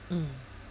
mm